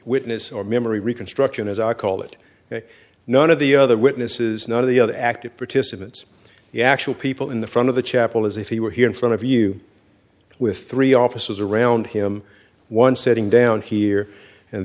witness or memory reconstruction as i call it none of the other witnesses none of the other active participants the actual people in the front of the chapel as if he were here in front of you with three officers around him one sitting down here and